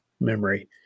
memory